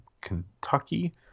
Kentucky